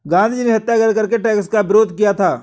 गांधीजी ने सत्याग्रह करके टैक्स का विरोध किया था